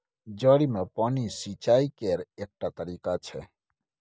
जड़ि मे पानि सिचाई केर एकटा तरीका छै